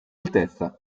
altezza